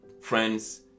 Friends